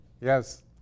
Yes